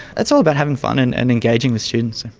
it's all about having fun and and engaging with students.